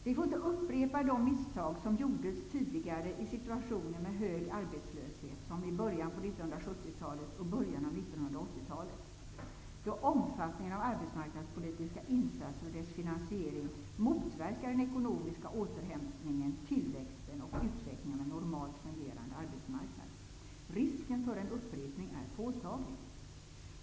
Vi får inte upprepa de misstag som gjorts tidigare i situationer med hög arbetslöshet, såsom i början av 1970-talet och i början av 1980 talet då omfattningen av arbetsmarknadspolitiska insatser och deras finansiering motverkade den ekonomiska återhämtningen, tillväxten och utvecklingen av en normalt fungerande arbetsmarknad. Risken för en upprepning är påtaglig.